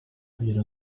kugira